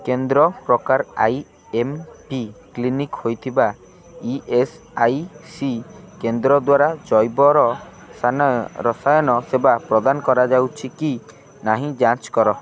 କେନ୍ଦ୍ର ପ୍ରକାର I M P clinic ହୋଇଥିବା ଇ ଏସ୍ ଆଇ ସି କେନ୍ଦ୍ର ଦ୍ୱାରା ଜୈବର ରସାୟନ ସେବା ପ୍ରଦାନ କରାଯାଉଛି କି ନାହିଁ ଯାଞ୍ଚ କର